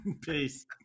Peace